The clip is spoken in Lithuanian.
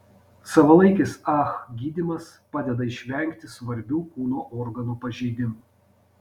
savalaikis ah gydymas padeda išvengti svarbių kūno organų pažeidimų